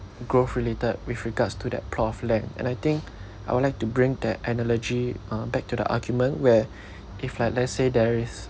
growth related with regards to that problem and I think I would like to bring that analogy uh back to the argument where if like let's say there is